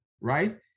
right